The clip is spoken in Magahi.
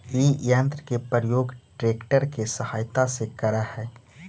इ यन्त्र के प्रयोग ट्रेक्टर के सहायता से करऽ हई